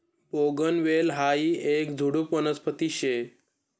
बोगनवेल हायी येक झुडुप वनस्पती शे